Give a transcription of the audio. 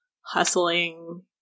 hustling